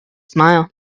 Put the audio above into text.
smile